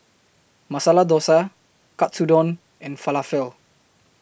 Masala Dosa Katsudon and Falafel